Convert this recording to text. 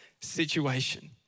situation